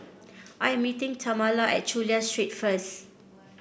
I am meeting Tamala at Chulia Street first